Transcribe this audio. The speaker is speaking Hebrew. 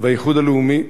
והאיחוד הלאומי,